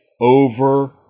over